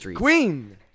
Queen